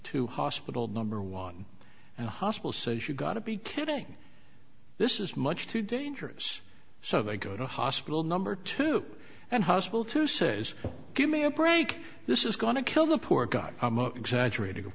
to hospital number one and the hospital says you gotta be kidding this is much too dangerous so they go to hospital number two and hospital two says give me a break this is going to kill the poor guy i'm up exaggerating of